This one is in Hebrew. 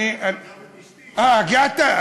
אה, הגעת?